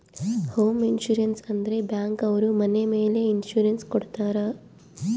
home insurance ಅಂದ್ರೆ bank ಅವ್ರು ಮನೆ ಮೇಲೆ ಇನ್ಸೂರೆನ್ಸ್ ಕೊಡ್ತಾರ